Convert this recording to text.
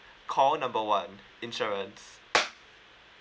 call number one insurance